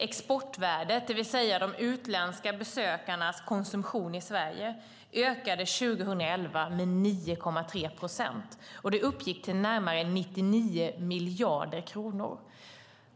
Exportvärdet, det vill säga de utländska besökarnas konsumtion i Sverige, ökade 2011 med 9,3 procent och uppgick till närmare 99 miljarder kronor.